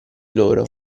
loro